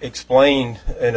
explained in a